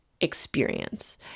experience